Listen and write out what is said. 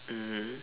mmhmm